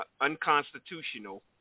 unconstitutional